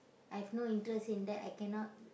I've no interest in that I cannot